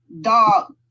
dog